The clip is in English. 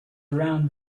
around